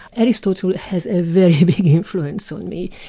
aristotle has a very big influence on me,